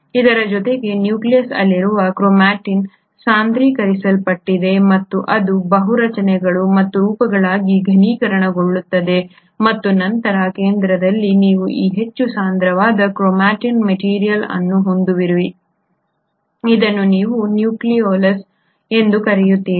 ಇದರ ಜೊತೆಗೆ ನ್ಯೂಕ್ಲಿಯಸ್ನ ಅಲ್ಲಿರುವ ಕ್ರೊಮಾಟಿನ್ ಸಾಂದ್ರೀಕರಿಸಲ್ಪಟ್ಟಿದೆ ಮತ್ತು ಅದು ಬಹು ರಚನೆಗಳು ಮತ್ತು ರೂಪಗಳಾಗಿ ಘನೀಕರಣಗೊಳ್ಳುತ್ತದೆ ಮತ್ತು ನಂತರ ಕೇಂದ್ರದಲ್ಲಿ ನೀವು ಈ ಹೆಚ್ಚು ಸಾಂದ್ರವಾದ ಕ್ರೊಮಾಟಿನ್ ಮೆಟೀರಿಯಲ್ ಅನ್ನು ಹೊಂದಿರುವಿರಿ ಇದನ್ನು ನೀವು ನ್ಯೂಕ್ಲಿಯೊಲಸ್ ಎಂದು ಕರೆಯುತ್ತೀರಿ